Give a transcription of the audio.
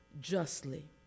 justly